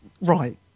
Right